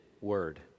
Word